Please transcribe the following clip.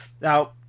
Now